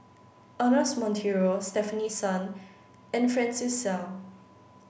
Ernest Monteiro Stefanie Sun and Francis Seow